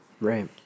Right